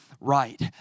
right